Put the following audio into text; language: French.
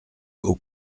aux